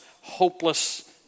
hopeless